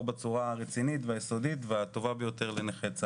בצורה רצינית ויסודית והטובה ביותר לנכי צה"ל.